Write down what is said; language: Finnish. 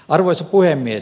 arvoisa puhemies